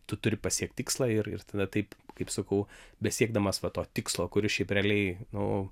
tu turi pasiekt tikslą ir ir tada taip kaip sakau besiekdamas va to tikslo kuris šiaip realiai nu